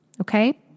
Okay